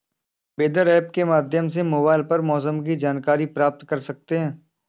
weather app के माध्यम से मोबाइल पर मौसम की जानकारी प्राप्त कर सकते हैं